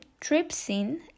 trypsin